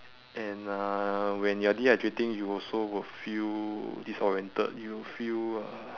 and uh when you are dehydrating you also will feel disoriented you feel uh